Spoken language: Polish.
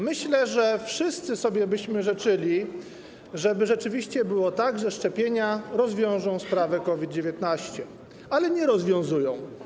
Myślę, że wszyscy byśmy sobie życzyli, żeby rzeczywiście było tak, że szczepienia rozwiążą sprawę COVID-19, ale nie rozwiązują.